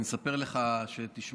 אני אספר לך שתשמע.